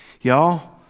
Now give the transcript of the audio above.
Y'all